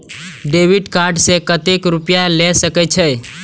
Debit card से कतेक रूपया ले सके छै?